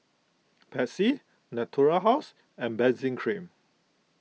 Pansy Natura House and Benzac Cream